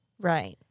right